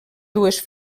dues